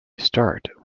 start